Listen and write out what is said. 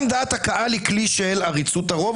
גם דעת הקהל היא כלי של עריצות הרוב,